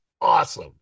Awesome